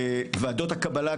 ועדות הקבלה,